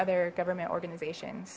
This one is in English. other government organizations